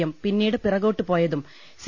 M പിന്നീട് പിറകോട്ട് പോയതും സി